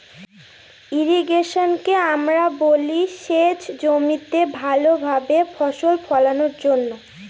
ইর্রিগেশনকে আমরা বলি সেচ জমিতে ভালো ভাবে ফসল ফোলানোর জন্য